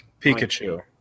Pikachu